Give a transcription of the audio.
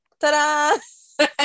Ta-da